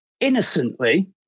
innocently